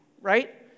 right